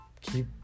keep